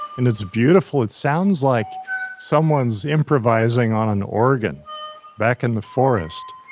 and it's beautiful. it sounds like someone's improvising on an organ back in the forest,